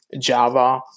Java